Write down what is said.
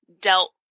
dealt